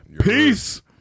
peace